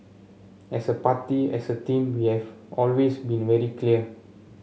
as a party as a team always been very clear